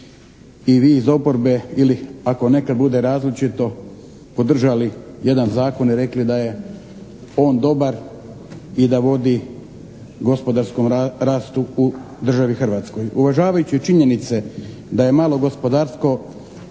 i vi iz oporbe ili ako nekad bude različito podržali jedan zakon i rekli da je on dobar i da vodi gospodarskom rastu u državi Hrvatskoj. Uvažavajući činjenice da je malo gospodarstvo